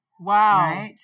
Wow